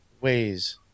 ways